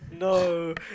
no